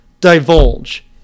divulge